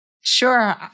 Sure